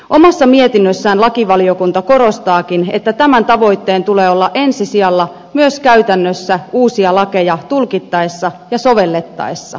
omassa mietinnössään lakivaliokunta korostaakin että tämän tavoitteen tulee olla ensi sijalla myös käytännössä uusia lakeja tulkittaessa ja sovellettaessa